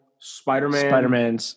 Spider-Man